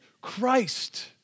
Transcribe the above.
Christ